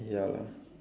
ya lah